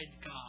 God